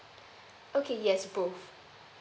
okay yes both